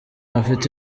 bafite